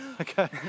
Okay